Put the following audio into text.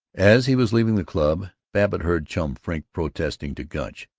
as he was leaving the club babbitt heard chum frink protesting to gunch,